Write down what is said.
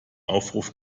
aufruf